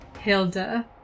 Hilda